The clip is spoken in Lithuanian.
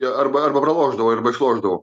arba arba pralošdavau arba išlošdavau